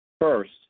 First